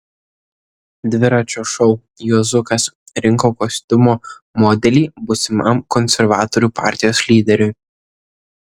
dviračio šou juozukas rinko kostiumo modelį būsimam konservatorių partijos lyderiui